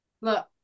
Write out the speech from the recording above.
Look